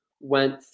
went